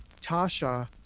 Tasha